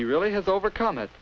he really has overcome